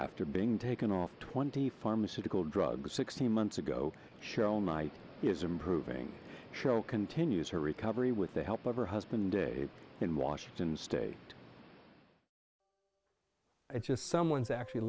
after being taken off twenty pharmaceutical drugs sixteen months ago show night is improving show continues her recovery with the help of her husband in washington state i just someone's actually